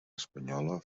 espanyola